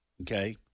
okay